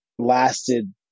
lasted